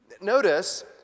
notice